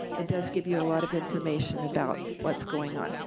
it does give you a lot of information about what's going on.